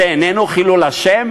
זה איננו חילול השם